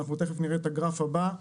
אנחנו תיכף נראה את הגרף הבא,